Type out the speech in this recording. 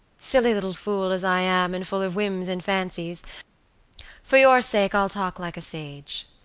silly little fool as i am, and full of whims and fancies for your sake i'll talk like a sage.